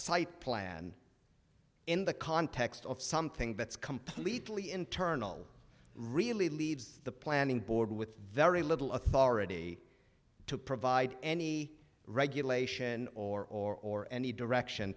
site plan in the context of something that's completely internal really leaves the planning board with very little authority to provide any regulation or or or any direction